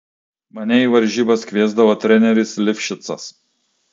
mane į varžybas kviesdavo treneris livšicas